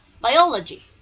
biology